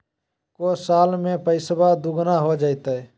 को साल में पैसबा दुगना हो जयते?